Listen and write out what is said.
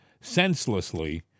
senselessly